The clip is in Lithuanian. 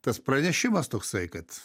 tas pranešimas toksai kad